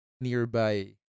nearby